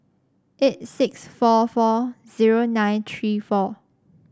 eight six four four zero nine three four